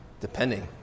depending